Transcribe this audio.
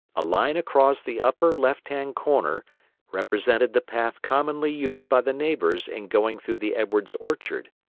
a line across the upper left-hand corner represented the path commonly used by the neighbors in going through the edwards's orchard.